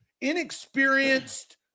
Inexperienced